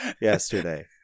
yesterday